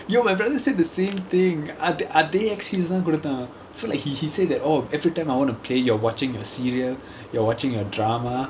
yo my brother said the same thing அதே:adhae excuse தான் கொடுத்தான்:thaan koduthaan so like he he said that oh every time I want to play you're watching your serial you're watching your drama